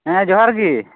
ᱦᱮᱸ ᱡᱳᱦᱟᱨ ᱜᱮ